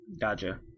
Gotcha